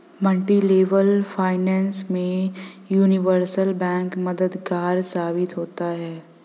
multilevel finance में universal bank मददगार साबित होता है